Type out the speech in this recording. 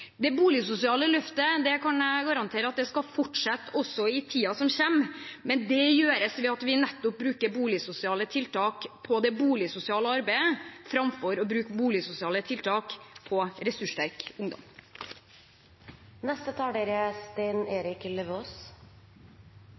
Det boligsosiale løftet kan jeg garantere skal fortsette også i tiden som kommer, men det gjøres ved at vi bruker boligsosiale tiltak på det boligsosiale arbeidet framfor å bruke boligsosiale tiltak på ressurssterk ungdom. Dette er